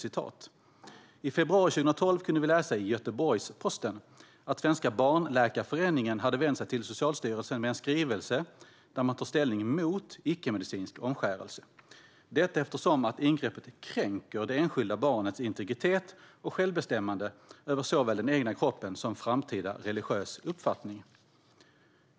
I februari 2012 kunde vi läsa i Göteborgs-Posten att Svenska Barnläkarföreningen hade vänt sig till Socialstyrelsen med en skrivelse där man tar ställning mot icke-medicinsk omskärelse - detta eftersom ingreppet kränker det enskilda barnets integritet och självbestämmande över såväl den egna kroppen som framtida religiös uppfattning.